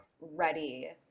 Ready